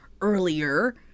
earlier